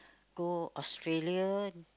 go Australia